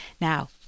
Now